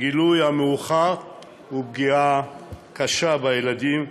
הגילוי המאוחר הוא פגיעה קשה בילדים,